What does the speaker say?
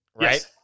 right